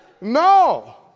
No